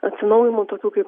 atsinaujinimų tokių kaip